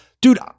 dude